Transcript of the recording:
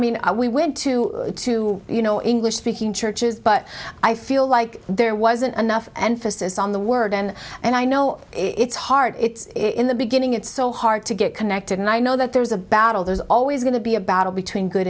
mean i we went to two you know english speaking churches but i feel like there wasn't enough emphasis on the word and and i know it's hard it's in the beginning it's so hard to get connected and i know that there's a battle there's always going to be a battle between good